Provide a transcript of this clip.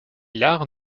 l’art